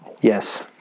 Yes